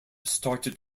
started